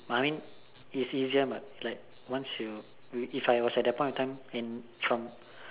no I mean it isn't my plan once you if I was that point of time and from